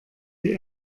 die